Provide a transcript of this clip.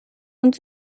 und